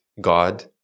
God